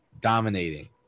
dominating